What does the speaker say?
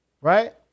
right